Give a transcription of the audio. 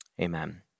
Amen